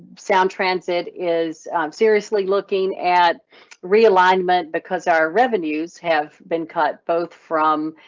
sound transit is seriously looking at realignment because our revenues have been cut, both from